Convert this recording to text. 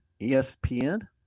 ESPN